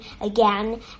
again